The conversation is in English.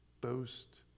boast